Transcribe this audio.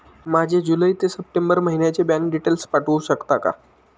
माझे जुलै ते सप्टेंबर महिन्याचे बँक डिटेल्स पाठवू शकता का?